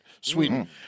Sweden